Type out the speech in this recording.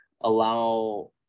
allow